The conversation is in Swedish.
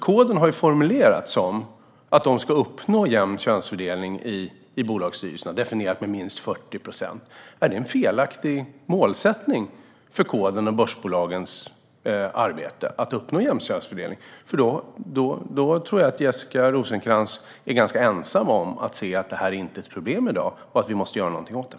Koden har formulerats som att de ska uppnå jämn könsfördelning i bolagsstyrelserna, definierat med minst 40 procent. Är det en felaktig målsättning för Koden och börsbolagens arbete att uppnå jämn könsfördelning? Jag tror att Jessica Rosencrantz är ganska ensam om att inte se att det här är ett problem i dag och att vi måste göra någonting åt det.